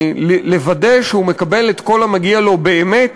לוודא שהוא מקבל את כל המגיע לו באמת